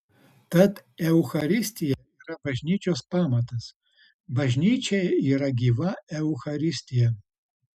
tad eucharistija yra bažnyčios pamatas bažnyčia yra gyva eucharistija